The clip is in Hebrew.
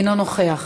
אינו נוכח,